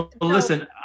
Listen